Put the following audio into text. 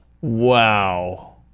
wow